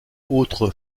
autre